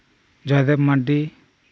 Joydeb Mardi